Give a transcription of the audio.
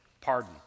pardon